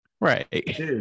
right